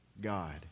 God